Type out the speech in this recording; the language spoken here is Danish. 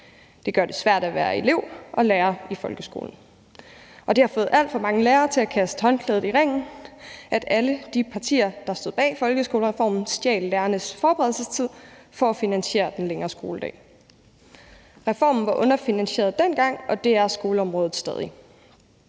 Det gør det svært at være elev og lærer i folkeskolen, og det har fået alt for mange lærere til at kaste håndklædet i ringen, at alle de partier, der stod bag folkeskolereformen, stjal lærernes forberedelsestid for at finansiere den længere skoledag. Reformen var underfinansieret dengang, og det er skoler mod stadig,